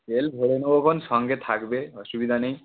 তেল ভরে নেবো খন সঙ্গে থাকবে অসুবিধা নেই